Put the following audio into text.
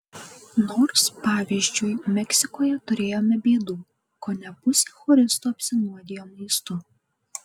nors pavyzdžiui meksikoje turėjome bėdų kone pusė choristų apsinuodijo maistu